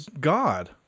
God